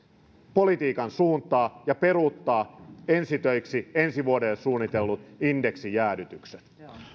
politiikan suuntaa ja peruuttaa ensi töiksi ensi vuodelle suunnitellut indeksijäädytykset